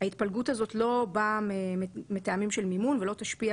ההתפלגות הזאת לא באה מטעמים של מימון ולא תשפיע,